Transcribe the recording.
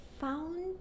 found